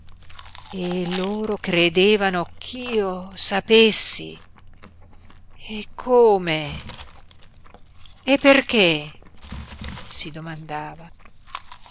e loro credevano ch'io sapessi e come e perché si domandava